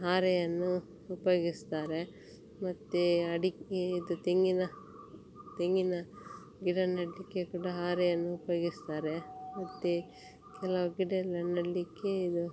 ಹಾರೆಯನ್ನು ಉಪಯೋಗಿಸ್ತಾರೆ ಮತ್ತು ಅಡಿಕೆ ಇದು ತೆಂಗಿನ ತೆಂಗಿನ ಗಿಡ ನೆಡಲಿಕ್ಕೆ ಕೂಡ ಹಾರೆಯನ್ನು ಉಪಯೋಗಿಸ್ತಾರೆ ಮತ್ತು ಕೆಲವು ಗಿಡಯೆಲ್ಲ ನೆಡಲಿಕ್ಕೆ ಇದು